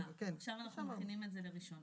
אז אנחנו היום יכולים להכין את זה לראשונה